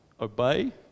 obey